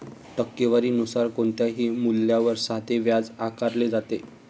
टक्केवारी नुसार कोणत्याही मूल्यावर साधे व्याज आकारले जाते